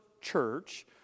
church